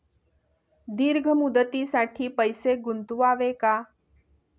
दीर्घ मुदतीसाठी पैसे गुंतवावे का?